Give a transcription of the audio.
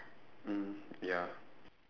mm ya